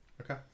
okay